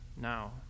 now